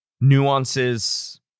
nuances